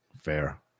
Fair